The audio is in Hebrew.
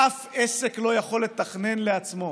ואף עסק לא יכול לתכנן לעצמו